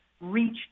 reach